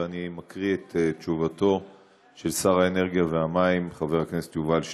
ואני מקריא את תשובתו של שר האנרגיה והמים חבר הכנסת יובל שטייניץ.